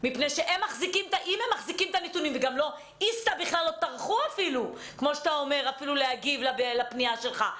איסתא בכלל אפילו לא טרחו להגיב לפנייה שלך.